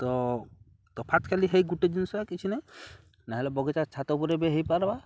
ତ ତ କାଲି ହେଇ ଗୁଟେ ଜିନିଷ କିଛି ନାାଇଁ ନହେଲେ ବଗିଚା ଛାତ ଉପରେ ବିବେ ହେଇପାର୍ବା